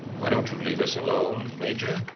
why don't you leave us alone, major?